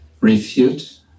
refute